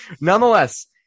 Nonetheless